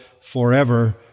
forever